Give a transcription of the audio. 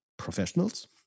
professionals